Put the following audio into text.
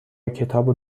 کتاب